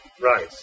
Right